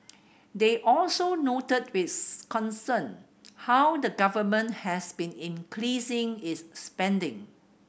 they also noted with concern how the Government has been increasing its spending